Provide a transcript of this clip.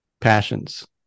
passions